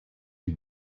had